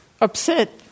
upset